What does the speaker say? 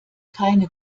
keine